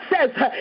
says